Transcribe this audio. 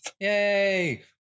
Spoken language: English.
Yay